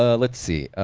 ah let's see.